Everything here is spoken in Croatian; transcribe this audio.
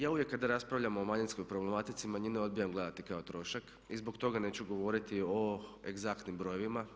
Ja uvijek kada raspravljam o manjinskoj problematici manjine odbijam gledati kao trošak i zbog toga neću govoriti o egzaktnim brojevima.